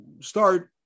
start